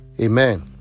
amen